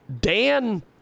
Dan